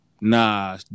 Nah